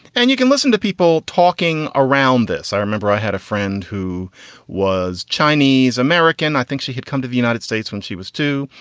and you can listen to people talking around this. i remember i had a friend who was chinese american. i think she had come to the united states when she was two.